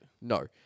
No